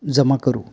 जमा करू